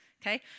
Okay